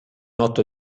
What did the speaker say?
otto